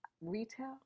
retail